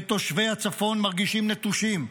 ותושבי הצפון מרגישים נטושים.